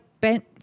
bent